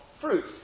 fruit